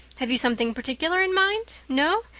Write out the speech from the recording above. have you something particular in mind? no?